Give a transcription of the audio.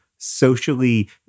socially